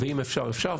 ואם אפשר אפשר,